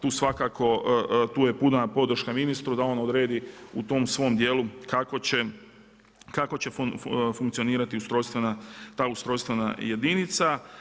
Tu svakako, tu je puna podrška ministru da on odredi u tom svom dijelu kako će funkcionirati ta ustrojstvena jedinica.